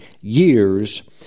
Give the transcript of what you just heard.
years